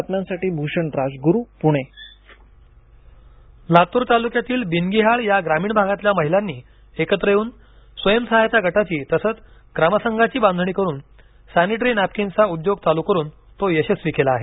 बचत गट लातूर तालुक्यातील बिंदगीहाळ या ग्रामीण भागातल्या महिलांनी एकत्र येऊन स्वयंसहायता गटाची तसंच ग्राम संघाची बांधणी करून सॅनिटरी नॅपकिन्सचा उद्योग चालू करून तो यशस्वी केला आहे